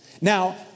Now